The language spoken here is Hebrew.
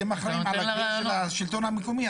אתם אחראיים על הגבייה של השלטון המקומי,